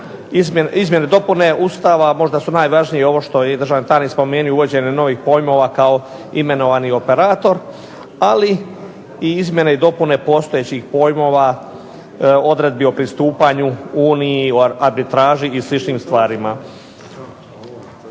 izmjene i dopune Ustava možda su najvažniji ovo što je i državni tajnik spomenuo uvođenje novih pojmova kao imenovani operator. Ali i izmjene i dopune postojećih pojmova, odredbi o pristupanju Uniju, arbitraži i sličnim stvarima.